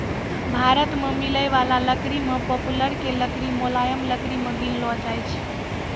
भारत मॅ मिलै वाला लकड़ी मॅ पॉपुलर के लकड़ी मुलायम लकड़ी मॅ गिनलो जाय छै